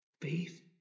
Faith